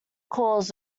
calls